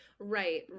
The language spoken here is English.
Right